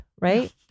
right